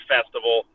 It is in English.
Festival